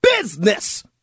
business